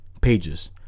pages